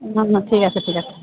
ঠিক আছে ঠিক আছে